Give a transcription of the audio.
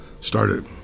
started